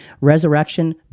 Resurrection